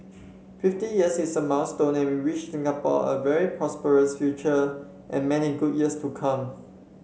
fifty years is a milestone and we wish Singapore a very prosperous future and many good years to come